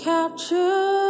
Capture